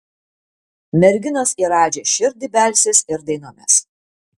merginos į radži širdį belsis ir dainomis